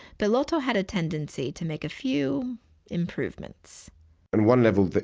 bellotto had a tendency to make a few improvements in one level,